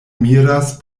miras